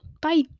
Bye